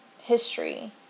history